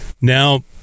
now